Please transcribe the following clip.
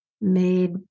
made